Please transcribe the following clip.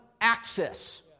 access